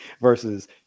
Versus